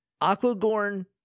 Aquagorn